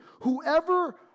whoever